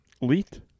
Elite